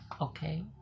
okay